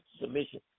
submission